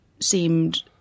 seemed